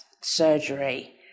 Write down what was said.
surgery